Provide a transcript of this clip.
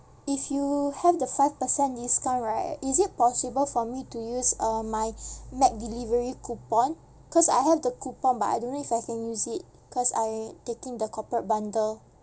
if you have the five percent discount right is it possible for me to use uh my mac delivery coupon because I have the coupon but I don't know if I can use it because I taking the corporate bundle